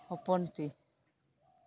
ᱦᱚᱯᱚᱱ ᱴᱤ